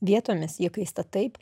vietomis ji kaista taip